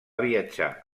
viatjar